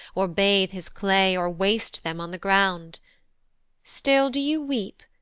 or bathe his clay, or waste them on the ground still do you weep,